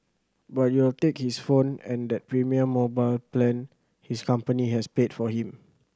but you'll take his phone and that premium mobile plan his company has paid for him